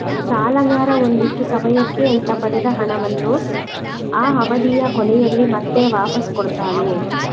ಸಾಲಗಾರ ಒಂದಿಷ್ಟು ಸಮಯಕ್ಕೆ ಅಂತ ಪಡೆದ ಹಣವನ್ನ ಆ ಅವಧಿಯ ಕೊನೆಯಲ್ಲಿ ಮತ್ತೆ ವಾಪಾಸ್ ಕೊಡ್ತಾನೆ